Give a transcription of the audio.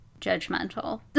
judgmental